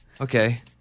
Okay